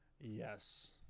Yes